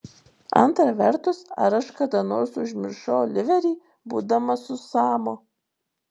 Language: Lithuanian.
antra vertus ar aš kada nors užmiršau oliverį būdama su samu